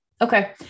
Okay